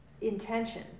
intention